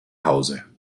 hause